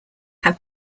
have